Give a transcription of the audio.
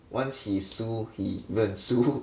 once he 输 he 认输